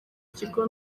kigo